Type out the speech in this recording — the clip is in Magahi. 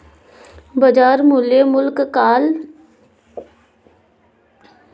बाजार मूल्य अल्पकाल में निर्धारित मूल्य होबो हइ